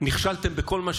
ואני שואל גם בסוף,